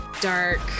dark